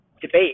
debate